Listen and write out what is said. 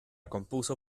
compuso